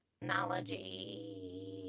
Technology